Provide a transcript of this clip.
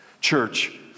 Church